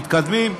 מתקדמים,